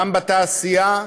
גם בתעשייה,